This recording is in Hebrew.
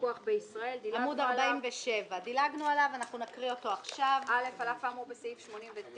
פיקוח בישראל 92. (א)על אף האמור בסעיף 89,